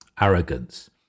Arrogance